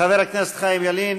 הכנסת חיים ילין